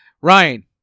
Ryan